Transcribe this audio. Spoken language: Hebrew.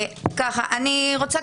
אני רוצה,